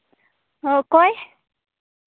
ᱦᱮᱸ ᱚᱠᱚᱭ